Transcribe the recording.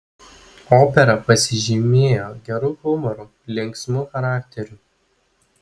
opera pasižymėjo geru humoru linksmu charakteriu